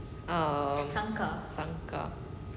uh sangkar